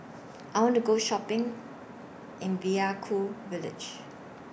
I want to Go Shopping in Vaiaku Village